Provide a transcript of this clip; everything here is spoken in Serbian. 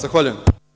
Zahvaljujem.